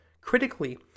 Critically